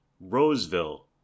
Roseville